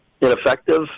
ineffective